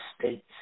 states